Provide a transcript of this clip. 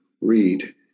read